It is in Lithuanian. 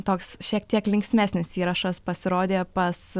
toks šiek tiek linksmesnis įrašas pasirodė pas